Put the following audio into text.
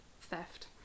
theft